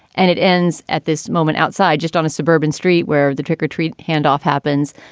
and it ends at this moment outside just on a suburban street where the trick-or-treat handoff happens.